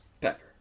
Pepper